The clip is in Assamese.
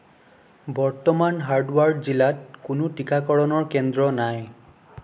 বৰ্তমান হাৰ্ডৱাৰ জিলাত কোনো টীকাকৰণৰ কেন্দ্ৰ নাই